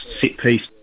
set-piece